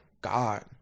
God